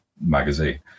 magazine